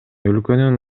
өлкөнүн